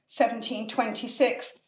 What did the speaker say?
1726